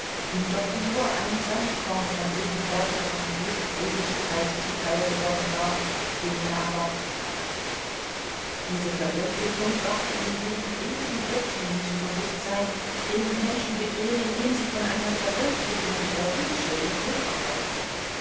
ihm doch nur ein sandkorn von jenem berge von glückseligkeit zuteil geworden war den er erwartet hatte diese verwirklichung brachte ihm jenen ewigen irrtum zum bewußtsein den die menschen begehen indem sie von einer verwirklichung ihrer wünsche ihr glück erhoffen